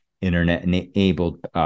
internet-enabled